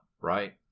right